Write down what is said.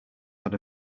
had